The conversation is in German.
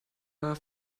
war